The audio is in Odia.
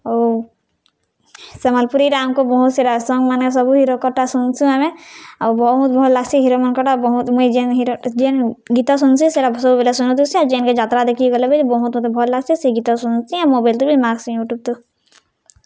ଆଉ ସମ୍ବଲପୁରୀରେ ଆମ୍କୁ ବହୁତ୍ ସେ ସଙ୍ଗ୍ମାନେ ସବୁ ହିରୋକର୍ଟା ଶୁନ୍ସୁଁ ଆମେ ଆଉ ବହୁତ ଭଲ ଲାଗ୍ସି ହିରୋମାନଙ୍କଟା ବହୁତ୍ ମୁଇଁ ଯେନ୍ ହିରୋଟା ଯେନ୍ ଗୀତ ଶୁନ୍ସିଁ ସେଟା ସବୁବେଳେ ଶୁନୁଥିସି ଆଉ ଯେନ୍କେ ଯାତ୍ରା ଦେଖିକି ଗଲେ ବି ବହୁତ୍ ମତେ ଭଲ୍ ଲାଗ୍ସି ସେ ଗୀତ ଶୁଣୁସି ଆଉ ମୋବାଇଲ୍ତୁ ବି ମାର୍ସି ୟୁଟ୍ୟୁବ୍ତୁ